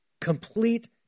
complete